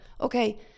okay